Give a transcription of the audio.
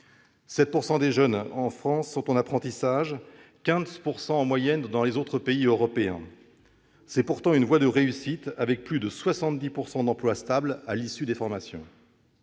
7 % des jeunes en France sont en apprentissage, contre 15 % en moyenne dans les autres pays de l'Union européenne. C'est une voie de réussite avec plus de 70 % d'emplois stables à l'issue des formations.